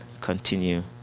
continue